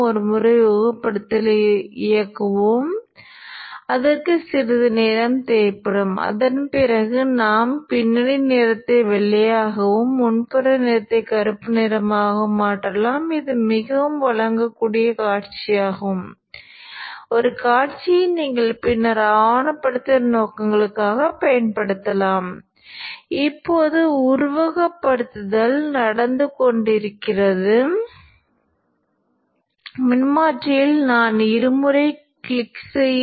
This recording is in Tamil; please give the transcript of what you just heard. Vin மதிப்பை நீங்கள் எண்ணினால் மின்னழுத்தம் இந்த பாணியில் நகரத் தொடங்கும் என்பதை நீங்கள் பார்க்கலாம் சாதனத்தின் மின்னழுத்தம் சுவிட்ச் இப்படி இருக்கும்